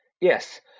Yes